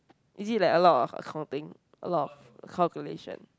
is it like a lot of accounting a lot of calculation